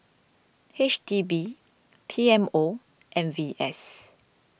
H D B P M O and V S